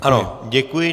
Ano, děkuji.